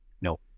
No